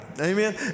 amen